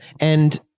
and-